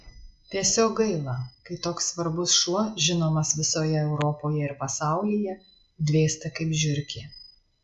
tiesiog gaila kai toks svarbus šuo žinomas visoje europoje ir pasaulyje dvėsta kaip žiurkė